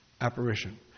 apparition